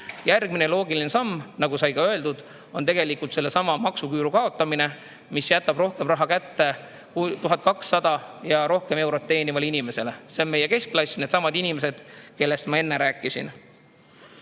Järgmine loogiline samm, nagu sai öeldud, on tegelikult sellesama maksuküüru kaotamine, mis jätab rohkem raha kätte 1200 ja rohkem eurot teenivale inimesele. See on meie keskklass, needsamad inimesed, kellest ma enne rääkisin.